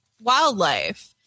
wildlife